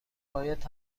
باید